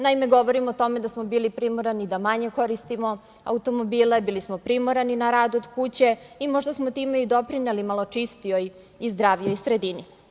Naime, govorim o tome da smo bili primorani da manje koristimo automobile, bili smo primorani na rad od kuće, možda smo time doprineli malo čistijoj i zdravijoj sredini.